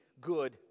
good